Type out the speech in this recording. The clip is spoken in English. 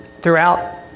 throughout